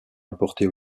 importés